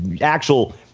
actual